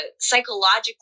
psychologically